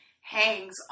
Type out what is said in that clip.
hangs